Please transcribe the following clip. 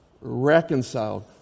reconciled